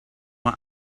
mae